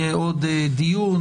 יהיו עוד דיונים,